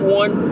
one